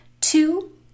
Two